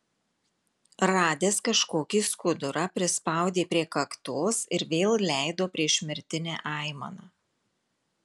radęs kažkokį skudurą prispaudė prie kaktos ir vėl leido priešmirtinę aimaną